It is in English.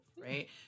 right